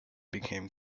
became